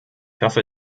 hoffe